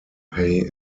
pay